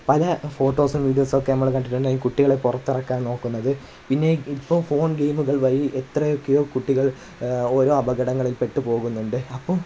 പല ഫോട്ടോസും വീഡിയോസൊക്കെ നമ്മൾ കണ്ടിട്ടുണ്ട് കുട്ടികളെ പുറത്തിറക്കാൻ നോക്കുന്നത് പിന്നെ ഇപ്പോൾ ഫോൺ ഗെയ്മുകൾ വഴി എത്രയൊക്കെയോ കുട്ടികൾ ഓരോ അപകടങ്ങളിൽ പെട്ടു പോകുന്നുണ്ട് അപ്പോൾ